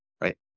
right